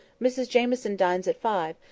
mrs jamieson dines at five,